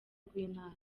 rw’intara